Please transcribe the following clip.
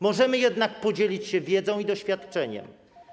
Możemy jednak podzielić się wiedzą i doświadczeniem.